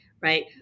Right